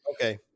Okay